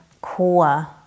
core